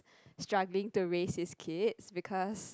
struggling to raise his kids because